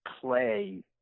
play